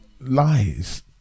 Lies